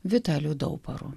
vitaliu daubaru